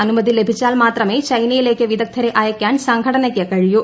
അനുമതി ലഭിച്ചാൽ മാത്രമേ ചൈനയിലേയ്ക്ക് വിദഗ്ധരെ അയക്കാൻ സംഘടനയ്ക്ക് കഴിയൂ